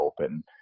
open